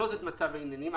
מצב העניינים.